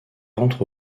rentre